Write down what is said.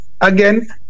again